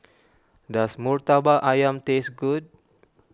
does Murtabak Ayam taste good